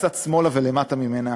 קצת שמאלה ולמטה ממנה,